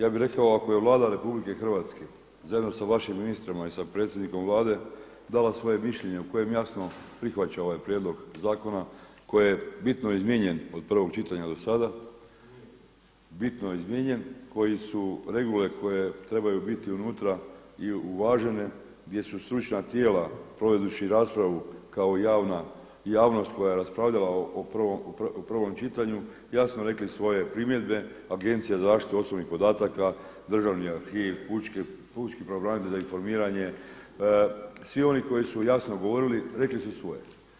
Ja bih rekao ako je Vlada RH zajedno sa vašim ministrima i sa predsjednikom Vlade dala svoje mišljenje u kojem jasno prihvaća ovaj prijedlog zakona koji je bitno izmijenjen od prvog čitanja do sada, bitno izmijenjen, koje su regule koje trebaju biti unutra i uvažene, gdje su stručna tijela provedući raspravu kao javnost koja je raspravljala o prvom čitanju jasno rekli svoje primjedbe, Agencija za zaštitu osobnih podataka, Državni arhiv, Pučki pravobranitelj za informiranje, svi oni koji su jasno govorili rekli su svoje.